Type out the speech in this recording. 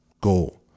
goal